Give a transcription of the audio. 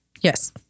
Yes